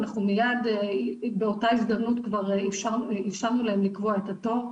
אנחנו מיד באותה הזדמנות כבר אפשרנו להם לקבוע את התור.